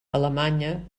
alemanya